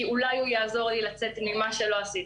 כי אולי הוא יעזור לי לצאת ממה שלא עשיתי.